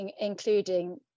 including